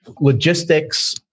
logistics